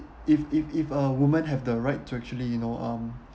if if if a women have the right to actually you know um